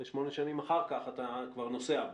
ושמונה שנים אחר כך אתה כבר נוסע בה,